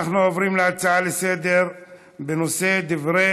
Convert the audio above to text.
אנחנו עוברים להצעות לסדר-היום בנושא: דברי